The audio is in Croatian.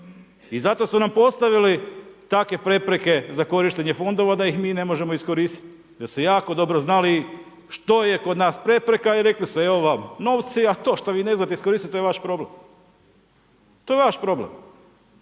I zato su nam postavili takve prepreke za korištenje fondova da ih mi ne možemo iskoristiti, da su jako dobro znali što je kod nas prepreka i rekli su evo vam novci a to što vi ne znate iskoristiti, to je vaš problem. To je vaš problem.